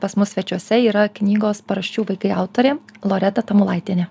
pas mus svečiuose yra knygos paraščių vaikai autorė loreta tamulaitienė